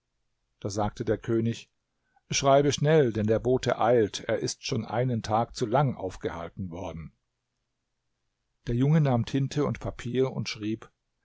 da sagte der könig schreibe schnell denn der bote eilt er ist schon einen tag zu lang aufgehalten worden der junge nahm tinte und papier und schrieb